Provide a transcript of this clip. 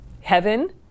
heaven